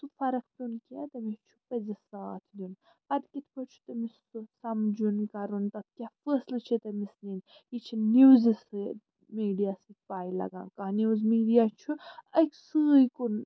سُہ فرق پیٛون کیٚنٛہہ تٔمِس چھُ پزِس ساتھ دِیٛن پتہٕ کِتھ پٲٹھۍ چھُ تٔمِس سُہ سَمجھُن کَرُن پتہٕ کیٛاہ فٲصلہٕ چھِ تٔمِس نِنۍ یہِ چھِ نِوزِ سۭتۍ میٖڈیا سۭتۍ پاے لگان کانٛہہ نِوٕز میٖڈیا چھُ أکسٕے کُن